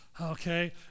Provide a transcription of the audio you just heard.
okay